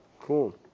Cool